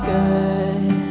good